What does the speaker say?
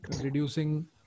reducing